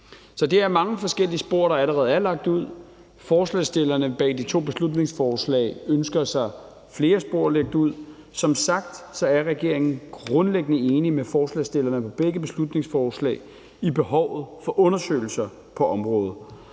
Så det er mange forskellige spor, der allerede er lagt ud. Forslagsstillerne bag de to beslutningsforslag ønsker sig flere spor lagt ud. Som sagt er regeringen grundlæggende enig med forslagsstillerne bag begge beslutningsforslag i behovet for undersøgelser på området,